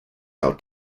how